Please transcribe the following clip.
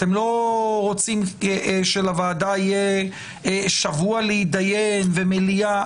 אתם לא רוצים שלוועדה יהיה שבוע להתדיין ומליאה?